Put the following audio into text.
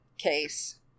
case